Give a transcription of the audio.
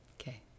Okay